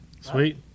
Sweet